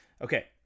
Okay